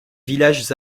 villages